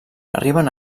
arriben